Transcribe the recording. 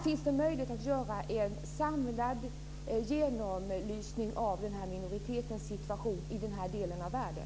Finns det möjlighet att göra en samlad genomlysning av den här minoritetens situation i den här delen av världen?